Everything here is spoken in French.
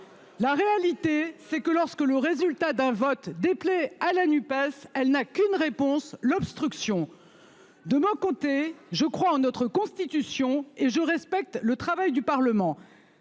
La réalité c'est que lorsque le résultat d'un vote déplaît à la NUPES. Elle n'a qu'une réponse l'obstruction. De mon côté je crois en notre constitution et je respecte le travail du Parlement.